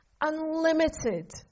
unlimited